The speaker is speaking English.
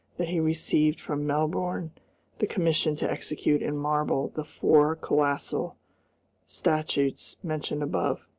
that he received from melbourne the commission to execute in marble the four colossal statues mentioned above.